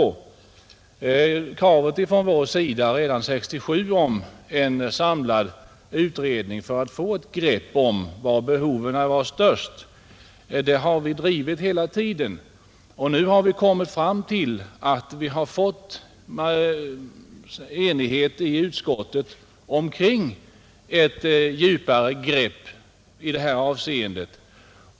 Det krav som vi från centern reste redan 1967 på en samlad utredning för att få ett grepp om var behoven är störst har vi drivit hela tiden, och nu har vi kommit så långt att vi nått enighet i utskottet kring ett djupare grepp i det här avseendet.